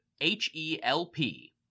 H-E-L-P